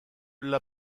l’a